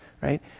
Right